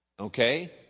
Okay